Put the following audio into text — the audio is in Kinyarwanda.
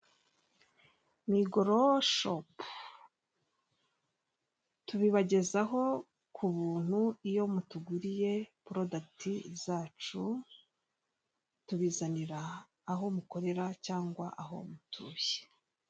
MIGRO Shop tubibagezaho ku buntu iyo mutuguriye product zacu tubizanira aho mukorera cyangwa aho mutuye.